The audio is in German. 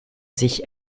sich